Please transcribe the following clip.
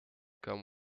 come